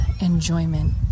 enjoyment